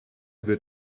wird